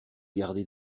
gardé